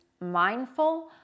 mindful